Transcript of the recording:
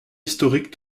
historique